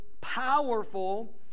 powerful